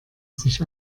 sich